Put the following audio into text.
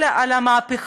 אלא על המהפכה,